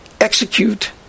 execute